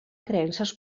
creences